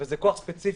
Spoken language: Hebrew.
וזה כוח ספציפי,